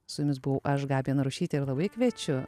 su jumis buvau aš gabija narušytė ir labai kviečiu